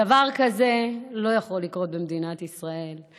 דבר כזה לא יכול לקרות במדינת ישראל.